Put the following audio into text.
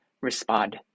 respond